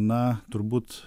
na turbūt